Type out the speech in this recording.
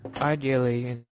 ideally